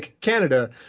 Canada